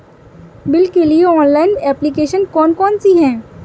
Bill के लिए online application कौन कौन सी हैं?